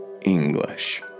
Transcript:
English